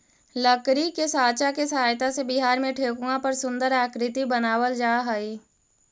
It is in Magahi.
लकड़ी के साँचा के सहायता से बिहार में ठेकुआ पर सुन्दर आकृति बनावल जा हइ